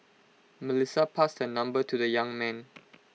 Melissa passed her number to the young man